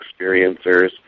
experiencers